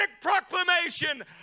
proclamation